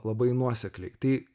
labai nuosekliai tai